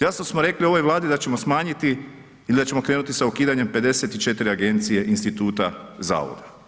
Jasno smo rekli ovoj Vladi da ćemo smanjiti ili da ćemo krenuti sa ukidanjem 54 agencije, instituta, zavoda.